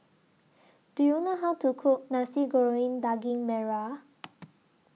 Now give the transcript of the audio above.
Do YOU know How to Cook Nasi Goreng Daging Merah